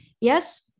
yes